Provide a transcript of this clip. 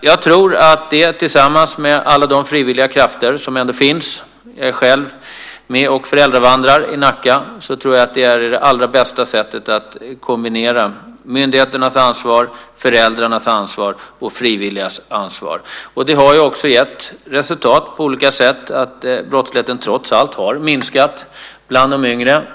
Jag tror att detta tillsammans med alla de frivilliga krafter som ändå finns - jag är själv med och föräldravandrar i Nacka - är det allra bästa sättet att kombinera myndigheternas ansvar, föräldrarnas ansvar och frivilligas ansvar. Det har också gett resultat på olika sätt. Brottsligheten har trots allt minskat bland de yngre.